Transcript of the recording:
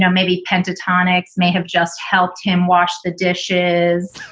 yeah maybe pentatonix may have just helped him wash the dishes.